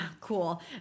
cool